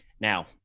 now